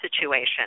situation